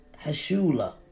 Hashula